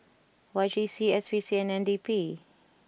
Y J C S P C and N D P